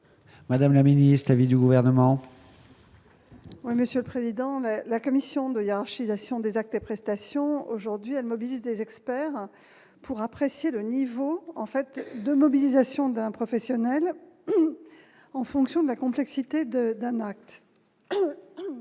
Madame la ministre à vie du gouvernement. Oui, monsieur le président de la commission de hiérarchisation des actes et prestations aujourd'hui elle mobilise des experts pour apprécier le niveau en fait de mobilisation d'un professionnel en fonction de la complexité de